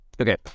Okay